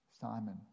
Simon